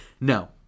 No